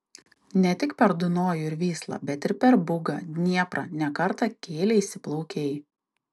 ne tik per dunojų ir vyslą bet ir per bugą dnieprą ne kartą kėleisi plaukei